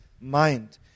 mind